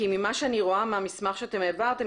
כי ממה שאני רואה מהמסמך שאתם העברתם